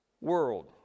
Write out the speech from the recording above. world